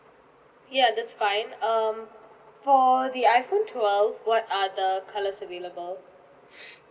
ya that's fine um for the iphone twelve what are the colours available